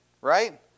right